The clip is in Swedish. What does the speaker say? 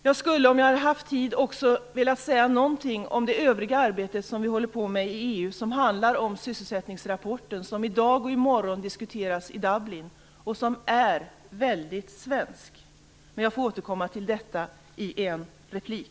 Jag skulle, om jag hade haft tid, också ha velat säga någonting om det övriga arbete som vi håller på med i EU och som handlar om sysselsättningsrapporten, den rapport som i dag och i morgon diskuteras i Dublin och som är väldigt svensk. Jag får återkomma till detta i en replik.